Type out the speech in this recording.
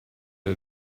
era